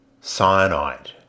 Cyanide